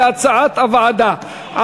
כהצעת הוועדה,